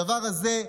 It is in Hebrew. הדבר הזה,